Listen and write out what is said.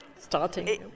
Starting